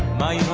by